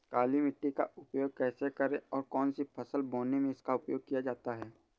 काली मिट्टी का उपयोग कैसे करें और कौन सी फसल बोने में इसका उपयोग किया जाता है?